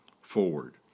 forward